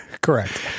Correct